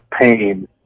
pain